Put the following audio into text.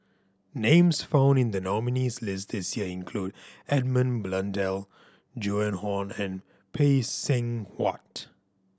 names found in the nominees' list this year include Edmund Blundell Joan Hon and Phay Seng Whatt